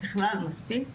בכלל מספיק,